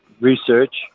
research